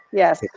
yes.